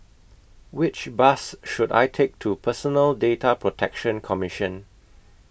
Which Bus should I Take to Personal Data Protection Commission